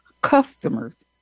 customers